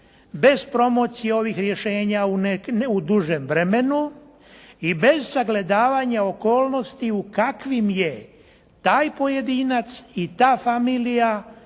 bez promocije ovih rješenja u dužem vremenu i bez sagledavanja okolnosti u kakvim je taj pojedinac i ta familija